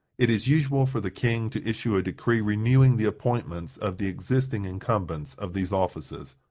it is usual for the king to issue a decree renewing the appointments of the existing incumbents of these offices.